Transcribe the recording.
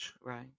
Right